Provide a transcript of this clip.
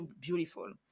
beautiful